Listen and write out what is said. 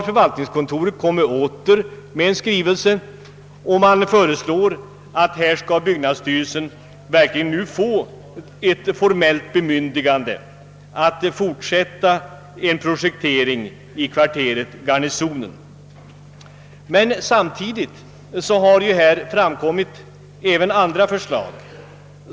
Förvaltningskontoret har nu återkommit med en skrivelse, vari föreslås att byggnadsstyrelsen skall få eti formellt bemyndigande att fortsätta en projektering i kvarteret Garnisonen. Samtidigt har även andra förslag framkommit.